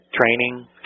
training